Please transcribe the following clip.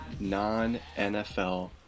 non-NFL